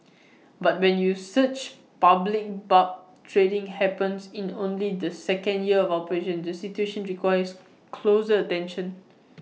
but when you such public barb trading happens in only the second year of operations the situation requires closer attention